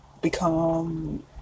become